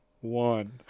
One